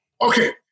Okay